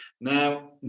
Now